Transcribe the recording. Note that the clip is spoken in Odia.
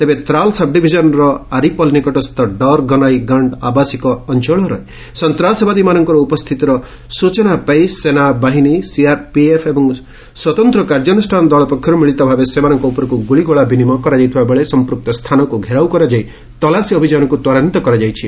ତେବେ ତ୍ରାଲ୍ ସବ୍ଡିଭିଜନର ଆରିପଲ୍ ନିକଟସ୍ଥ ଡର୍ ଗନାଇ ଗଣ୍ଡ ଆବାସିକ ଅଞ୍ଚଳରେ ସନ୍ତାସବାଦୀମାନଙ୍କର ଉପସ୍ଥିତିର ସ୍ଟଚନା ପାଇ ସେନାବାହିନୀ ସିଆର୍ପିଏଫ୍ ଏବଂ ସ୍ୱତନ୍ତ୍ର କାର୍ଯ୍ୟାନୁଷାନ ଦଳ ପକ୍ଷରୁ ମିଳିତ ଭାବେ ସେମାନଙ୍କ ଉପରକୁ ଗୁଳିଗେଳା ବିନିମୟ କରାଯାଇଥିବାବେଳେ ସମ୍ପୃକ୍ତ ସ୍ଥାନକୁ ଘେରାଉ କରାଯାଇ ତଲାସୀ ଅଭିଯାନକୁ ତ୍ୱରାନ୍ୱିତ କରାଯାଇଛି